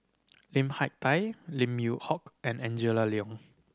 Lim Hak Tai Lim Yew Hock and Angela Liong